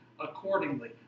accordingly